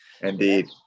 Indeed